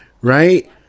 Right